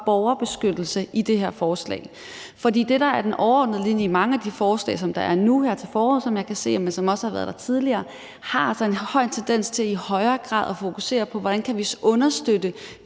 borgerbeskyttelse i det her forslag? For det, der er den overordnede linje i mange af de forslag, som jeg kan se at der er nu her til foråret, men som også har været der tidligere, har altså en tendens til i højere grad at fokusere på, hvordan vi kan understøtte